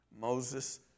Moses